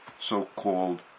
so-called